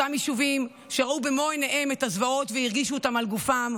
אותם יישובים שראו במו עיניהם את הזוועות והרגישו אותן על גופם,